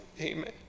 Amen